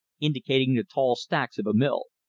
indicating the tall stacks of a mill.